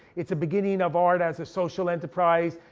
it's a beginning of art as a social enterprise.